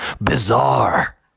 bizarre